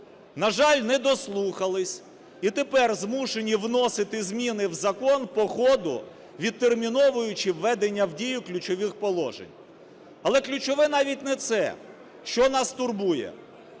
На жаль, не дослухались. І тепер змушені вносити зміни в закон по ходу, відтерміновуючи введення в дію ключових положень. Але ключове навіть не це. Що нас турбує?